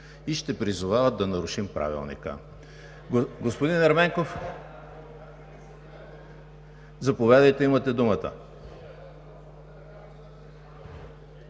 и ще призовават да нарушим Правилника. Господин Ерменков, заповядайте – имате думата.